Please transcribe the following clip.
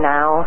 Now